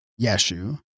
Yeshu